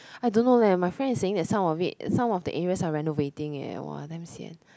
I don't know leh my friend is saying that some of it some of the areas are renovating eh !wah! damn sian